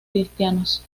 cristianos